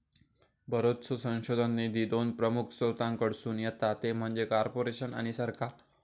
बरोचसो संशोधन निधी दोन प्रमुख स्त्रोतांकडसून येता ते म्हणजे कॉर्पोरेशन आणि सरकार